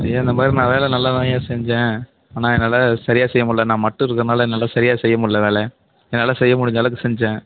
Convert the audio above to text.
ஐயா இந்த மாதிரி நான் வேலை நல்லாதான்யா செஞ்சேன் ஆனால் என்னால் சரியாக செய்ய முடியலை நான் மட்டும் இருக்கிறதால என்னால் சரியாக செய்ய முடியலை வேலை என்னால் செய்ய முடிஞ்ச அளவுக்கு செஞ்சேன்